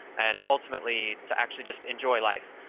and ultimately, to actually just enjoy life.